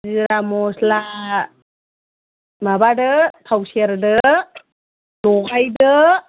जिरा मस्ला माबादो थाव सेरदो लगायदो